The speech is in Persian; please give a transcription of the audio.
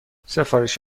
سفارش